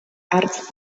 hartz